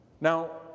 Now